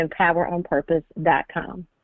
empoweronpurpose.com